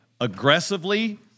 Aggressively